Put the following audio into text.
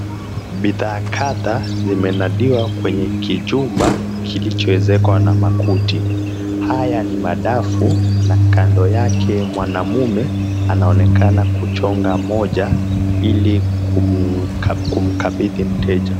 Bidhaa kadhaa zimenadiwa kwenye kijumba kilichoezekwa na makuti. Haya ni madafu na kando yake mwanaume anaonekana kuchonga moja ili kumkabidhi mteja.